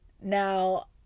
now